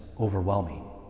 overwhelming